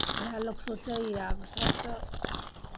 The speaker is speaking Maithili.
उएह लोक सोचैए आब सभ तऽ